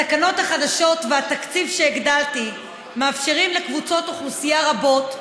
התקנות החדשות והתקציב שהגדלתי מאפשרים לקבוצות אוכלוסייה רבות,